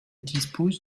dispose